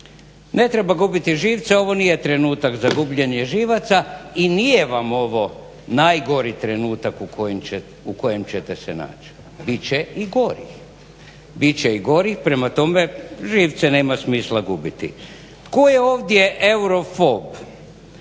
ne treba gubiti živce. Ovo nije trenutak za guljenje živaca i nije vam ovo najgori trenutak u kojem ćete se naći. Bit će i gorih. Prema tome, živce nema smisla gubiti. Tko je ovdje eurofob